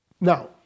Now